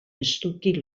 estuki